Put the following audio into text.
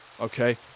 Okay